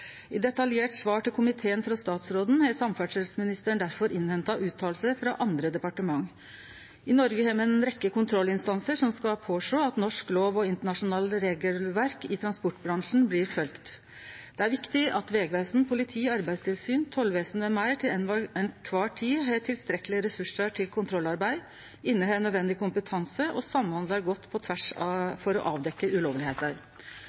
I detaljerte svar til komiteen frå statsråden har samferdsleministeren difor henta inn uttaler frå andre departement. I Noreg har me ei rekkje kontrollinstansar som skal sjå til at norsk lov og internasjonale regelverk i transportbransjen blir følgde. Det er viktig at Vegvesenet, politiet, Arbeidstilsynet, tollvesenet med meir til kvar tid har tilstrekkelege ressursar til kontrollarbeid, har nødvendig kompetanse og samhandlar godt på tvers for å avdekkje ulovlegheiter.